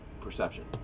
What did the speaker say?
Perception